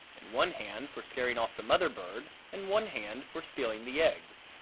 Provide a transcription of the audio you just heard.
and one hand for scaring off the mother bird and one hand for stealing the eggs.